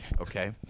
Okay